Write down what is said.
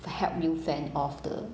help you fend off the